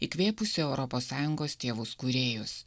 įkvėpusį europos sąjungos tėvus kūrėjus